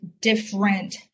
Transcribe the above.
different